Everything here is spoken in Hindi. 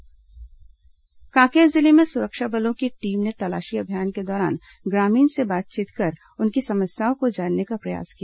जवान ग्रामीण संवाद कांकेर जिले में सुरक्षा बलों की टीम ने तलाशी अभियान के दौरान ग्रामीणों से बातचीत कर उनकी समस्याओं को जानने का प्रयास किया